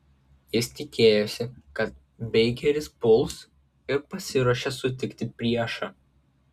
jis tikėjosi kad beikeris puls ir pasiruošė sutikti priešą